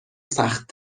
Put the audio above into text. سخت